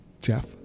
jeff